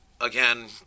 again